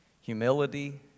humility